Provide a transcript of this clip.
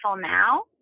now